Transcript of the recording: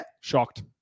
Shocked